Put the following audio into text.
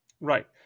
Right